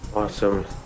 Awesome